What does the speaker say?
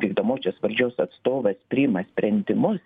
vykdomosios valdžios atstovas priima sprendimus